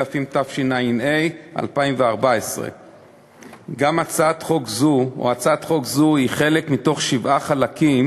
התשע"ה 2014. הצעת חוק זו היא חלק משבעה חלקים